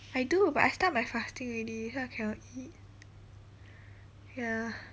I do but I start my fasting already so I cannot eat ya